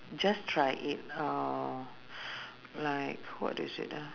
just try it uh like what is it ah